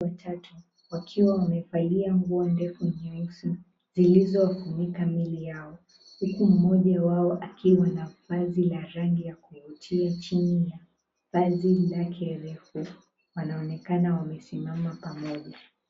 Watatu wakiwa wamevalia nguo ndefu nyeusi zizlizofunika miili yao huku mmoja wao akiwa na vazi la rangi ya kuvutia chini ya vazi lake refu, wanaonekana wamesimama pamoja.